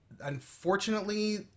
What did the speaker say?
unfortunately